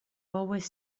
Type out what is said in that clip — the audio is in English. always